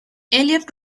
elliott